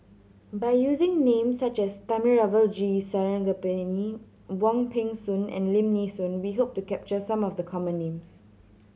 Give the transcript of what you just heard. by using names such as Thamizhavel G Sarangapani Wong Peng Soon and Lim Nee Soon we hope to capture some of the common names